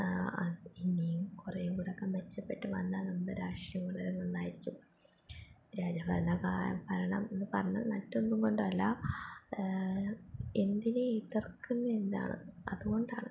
ഇനിയും കുറേ കൂടെയൊക്കെ മെച്ചപ്പെട്ട് വന്നാൽ നമ്മുടെ രാഷ്ട്രീയം വളരെ നന്നായിരിക്കും രാജഭരണ ക ഭരണം എന്ന് പറഞ്ഞാൽ മറ്റൊന്നും കൊണ്ടല്ല എന്തിനെ എതിർക്കുന്നു എന്നാണ് അതുകൊണ്ടാണ്